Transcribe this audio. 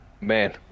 man